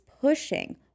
pushing